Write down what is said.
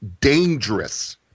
dangerous